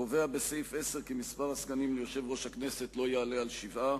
קובע בסעיף 10 כי מספר הסגנים ליושב-ראש הכנסת לא יעלה על שבעה.